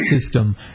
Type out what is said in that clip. system